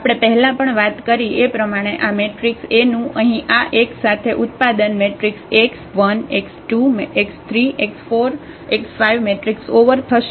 આપણે પહેલા પણ વાત કરી એ પ્રમાણે આ મેટ્રિક્સ A નું અહીં આ x સાથે આ ઉત્પાદન થશે